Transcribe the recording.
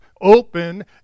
open